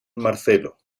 marcelo